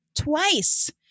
twice